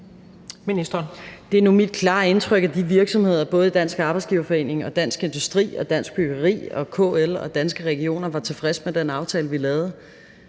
Det er nu mit klare indtryk, at de virksomheder i både Dansk Arbejdsgiverforening, Dansk Industri, Dansk Byggeri, KL og Danske Regioner var tilfredse med den aftale, vi lavede